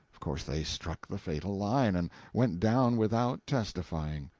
of course they struck the fatal line and went down without testifying.